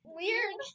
weird